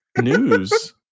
news